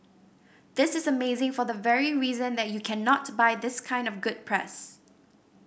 this is amazing for the very reason that you cannot buy this kind of good press